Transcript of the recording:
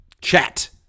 chat